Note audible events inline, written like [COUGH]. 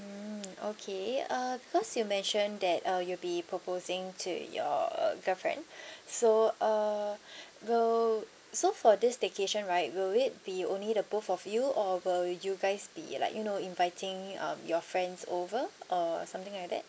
mm okay uh because you mention that uh you'll be proposing to your uh girlfriend [BREATH] so uh [BREATH] will so for this staycation right will it be only the both of you or will you guys be like you know inviting um your friends over or something like that